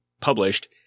published